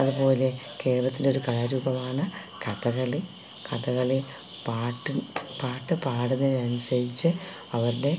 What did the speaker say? അതുപോലെ കേരത്തിലെ ഒരു കലാരൂപമാണ് കഥകളി കഥകളി പാട്ട് പാട്ടുപാടുന്നതിന് അനുസരിച്ചു അവരുടെ